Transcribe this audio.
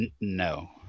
No